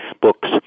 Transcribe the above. books